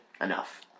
enough